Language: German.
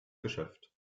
geschäft